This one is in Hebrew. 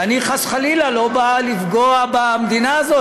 ואני חס וחלילה לא בא לפגוע במדינה הזאת,